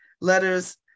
letters